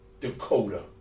Dakota